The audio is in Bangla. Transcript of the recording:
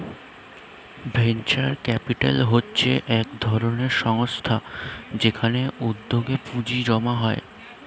ভেঞ্চার ক্যাপিটাল হচ্ছে একধরনের সংস্থা যেখানে উদ্যোগে পুঁজি জমানো হয়